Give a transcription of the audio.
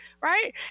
Right